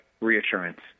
reassurance